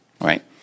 right